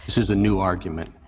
this is a new argument?